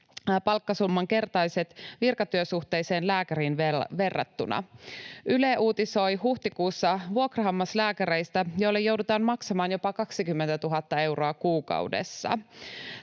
palkkasummaltaan 2—4-kertaiset virkatyösuhteiseen lääkäriin verrattuna. Yle uutisoi huhtikuussa vuokrahammaslääkäreistä, joille joudutaan maksamaan jopa 20 000 euroa kuukaudessa.